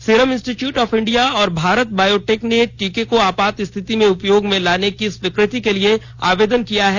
serum Institute of India और Bharat Biotech ने टीके को आपात स्थिति में उपयोग में लाने की स्वीकृति के लिए आवेदन किया है